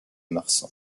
marsan